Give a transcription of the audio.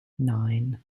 nine